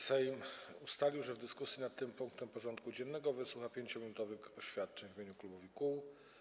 Sejm ustalił, że w dyskusji nad tym punktem porządku dziennego wysłucha 5-minutowych oświadczeń w imieniu klubów i kół.